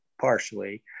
partially